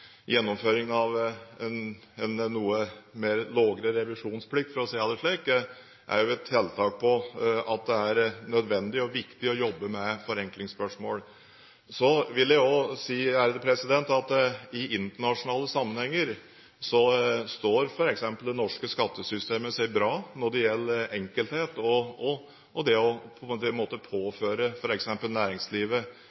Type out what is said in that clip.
å si det slik, er et tiltak med tanke på at det er nødvendig og viktig å jobbe med forenklingsspørsmål. Så vil jeg også si at i internasjonale sammenhenger står f.eks. det norske skattesystemet seg bra når det gjelder enkelthet og det å påføre f.eks. næringslivet mindre ressursbruk på skattesystemet enn i mange andre land. Derimot er det andre deler av skatte- og